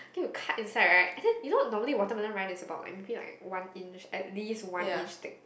then you cut inside right and then normally watermelon rind is about maybe like one inch at least one inch thick